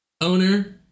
Owner